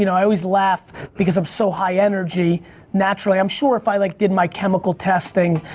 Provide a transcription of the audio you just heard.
you know i always laugh because i'm so high energy naturally. i'm sure if i like did my chemical testing,